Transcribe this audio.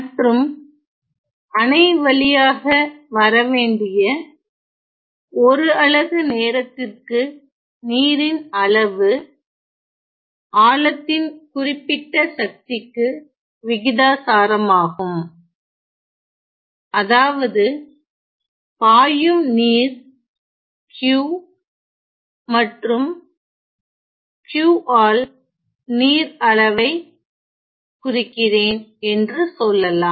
மற்றும் அணை வழியாக வர வேண்டிய ஒரு அலகு நேரத்திற்கு நீரின் அளவு ஆழத்தின் குறிப்பிட்ட சக்திக்கு விகிதாசாரமாகும் அதாவது பாயும் நீர் q மற்றும் q ஆல் நீர் அளவைக் குறிக்கிறேன் என்று சொல்லலாம்